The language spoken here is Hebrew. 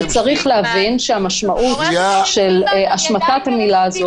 -- אבל צריך להבין שהמשמעות של השמטת המילה הזאת